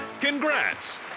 Congrats